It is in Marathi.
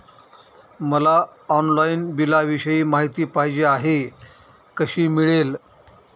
मला ऑनलाईन बिलाविषयी माहिती पाहिजे आहे, कशी मिळेल?